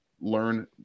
learn